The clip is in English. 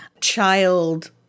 child